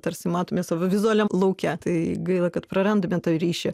tarsi matome savo vizualiam lauke tai gaila kad prarandame ryšį